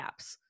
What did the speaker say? apps